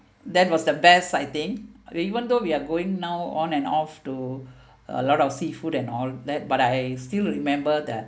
that was the best I think even though we are going now on and off to a lot of seafood and all that but I still remember that